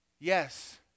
Yes